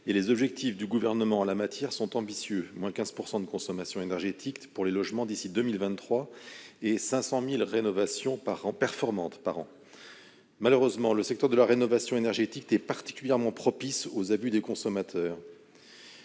les objectifs du Gouvernement en la matière sont ambitieux : une diminution de 15 % de la consommation énergétique des logements d'ici à 2023 et 500 000 rénovations performantes par an. Malheureusement, le secteur de la rénovation énergétique est particulièrement propice aux abus envers les consommateurs.